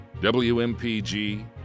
WMPG